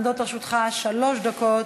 עומדות לרשותך שלוש דקות.